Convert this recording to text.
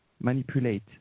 manipulate